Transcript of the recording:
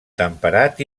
temperat